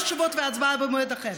תשובות והצבעה במועד אחר.